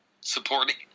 supporting